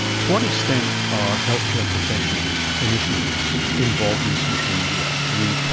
to what extent are healthcare professionals, clinicians, involved in social media? i mean,